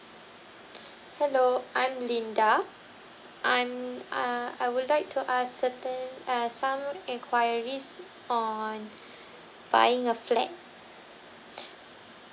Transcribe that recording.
hello I'm linda I'm uh I would like to ask certain uh some enquiries on buying a flat